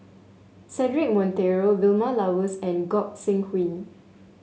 Cedric Monteiro Vilma Laus and Gog Sing Hooi